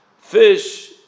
fish